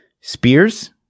spears